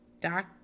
doc